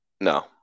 No